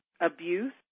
abuse